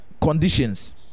conditions